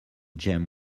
gem